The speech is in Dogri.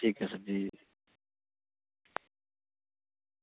ठीक ऐ जी